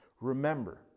remember